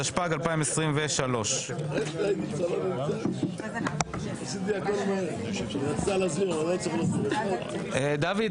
התשפ"ג 2023. דוד,